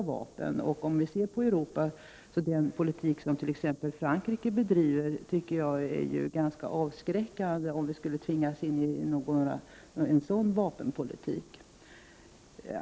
Vi kan ju se hur förhållandena är i Europa i detta avseende och på den politik som t.ex. Frankrike bedriver. Jag tycker att det är ganska avskräckande om vi skulle tvingas in i en sådan vapenpolitik.